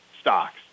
stocks